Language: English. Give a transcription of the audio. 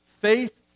faith